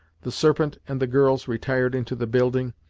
the serpent and the girls retired into the building,